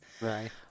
Right